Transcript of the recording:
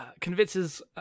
convinces